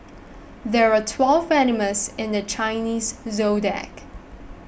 there are twelve animals in the Chinese zodiac